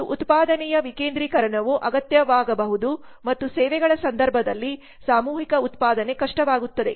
ಮತ್ತು ಉತ್ಪಾದನೆಯ ವಿಕೇಂದ್ರೀಕರಣವು ಅಗತ್ಯವಾಗಬಹುದು ಮತ್ತು ಸೇವೆಗಳ ಸಂದರ್ಭದಲ್ಲಿ ಸಾಮೂಹಿಕ ಉತ್ಪಾದನೆ ಕಷ್ಟವಾಗುತ್ತದೆ